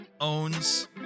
owns